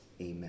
Amen